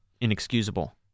inexcusable